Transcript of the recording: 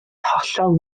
hollol